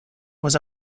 was